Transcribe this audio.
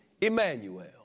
Emmanuel